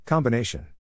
Combination